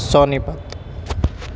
سونی پت